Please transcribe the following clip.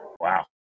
Wow